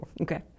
Okay